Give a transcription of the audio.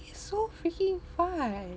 it's so freaking fun